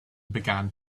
began